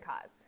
cause